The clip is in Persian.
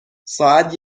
ساعت